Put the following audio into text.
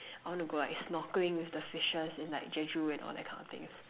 I want to go like snorkeling with the fishes and like jeju and all that kind of things